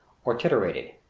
or triturated.